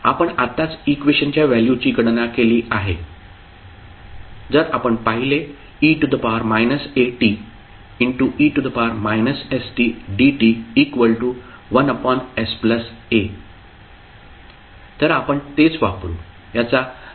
आपण आत्ताच इक्वेशनच्या व्हॅल्यूची गणना केली आहे जर आपण पाहिले e ate stdt1sa तर आपण तेच वापरू